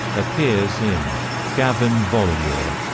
appears in gavin volure,